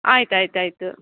ಆಯ್ತು ಆಯ್ತು ಆಯ್ತು